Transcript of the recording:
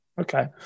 okay